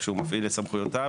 כשהוא מפעיל את סמכויותיו,